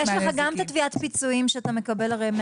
יש לך גם את תביעת הפיצויים שאתה מקבל 100